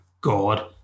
god